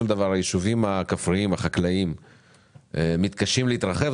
דבר היישובים הכפריים החקלאיים מתקשים להתרחב,